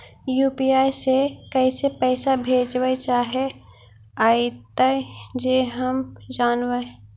UPI से कैसे पैसा भेजबय चाहें अइतय जे हम जानबय?